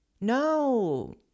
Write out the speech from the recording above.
No